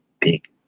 big